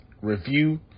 review